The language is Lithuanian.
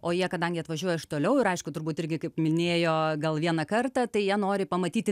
o jie kadangi atvažiuoja iš toliau ir aišku turbūt irgi kaip minėjo gal vieną kartą tai jie nori pamatyti